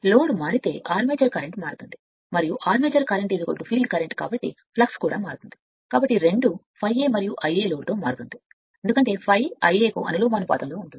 load మారితే armature current మారుతుంది మరియు ఆర్మేచర్ కరెంట్ ఫీల్డ్ కరెంట్ కాబట్టి ఫ్లక్స్ కూడా మారుతుంది కాబట్టి రెండూ ∅a మరియు Ia లోడ్తో ఎందుకంటే∅ Ia కు అనులోమానుపాతంలో ఉంటుంది